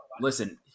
listen